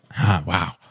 Wow